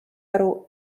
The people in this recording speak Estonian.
aru